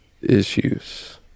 issues